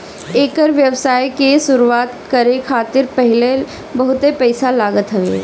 एकर व्यवसाय के शुरुआत करे खातिर पहिले बहुते पईसा लागत हवे